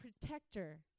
protector